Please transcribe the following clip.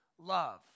love